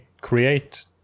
create